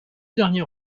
derniers